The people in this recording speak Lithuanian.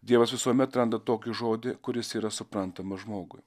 dievas visuomet randa tokį žodį kuris yra suprantamas žmogui